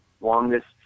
longest